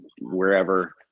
wherever